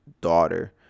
daughter